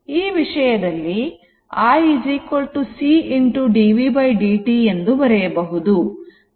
ಈ ವಿಷಯದಲ್ಲಿ i c dv dt ಎಂದು ಬರೆಯಬಹುದು